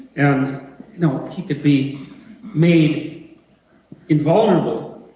and you know he could be made invulnerable